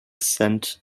sent